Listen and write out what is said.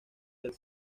del